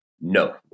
no